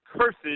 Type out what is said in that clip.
cursed